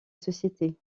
société